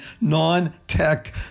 non-tech